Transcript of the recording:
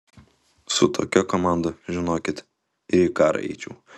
su tokia komanda žinokit ir į karą eičiau